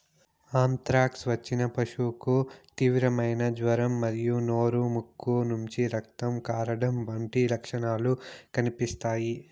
anthrax వచ్చిన పశువుకు తీవ్రమైన జ్వరం మరియు నోరు, ముక్కు నుంచి రక్తం కారడం వంటి లక్షణాలు కనిపిస్తాయి